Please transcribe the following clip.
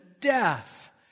death